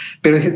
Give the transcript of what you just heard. pero